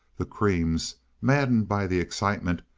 the creams, maddened by the excitement,